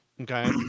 Okay